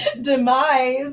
Demise